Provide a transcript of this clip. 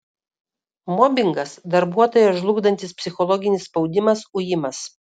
mobingas darbuotoją žlugdantis psichologinis spaudimas ujimas